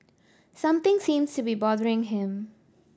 something seems to be bothering him